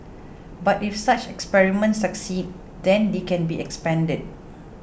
but if such experiments succeed then they can be expanded